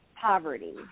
poverty